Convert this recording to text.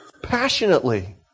Passionately